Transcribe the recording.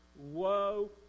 Woe